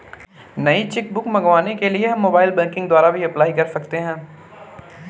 नई cheque book मंगवाने के लिए हम मोबाइल बैंकिंग द्वारा भी अप्लाई कर सकते है